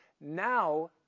now